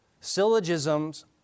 Syllogisms